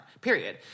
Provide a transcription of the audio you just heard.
period